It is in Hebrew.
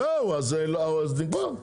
זהו, אז נגמר.